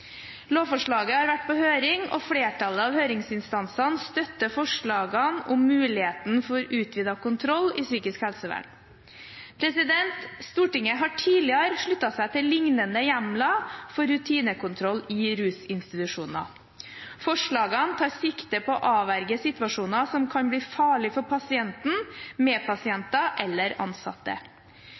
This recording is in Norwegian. Lovforslaget har vært på høring, og flertallet av høringsinstansene støtter forslagene om muligheten for utvidet kontroll i psykisk helsevern. Stortinget har tidligere sluttet seg til liknende hjemler for rutinekontroll i rusinstitusjoner. Forslagene tar sikte på å avverge situasjoner som kan bli farlige for pasienten, medpasienter eller ansatte.